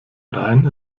rhein